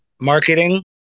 marketing